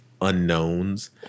unknowns